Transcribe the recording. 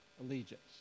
allegiance